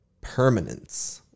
permanence